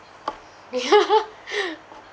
yeah